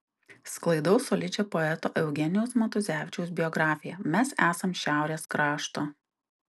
sklaidau solidžią poeto eugenijaus matuzevičiaus biografiją mes esam šiaurės krašto